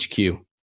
HQ